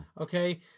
Okay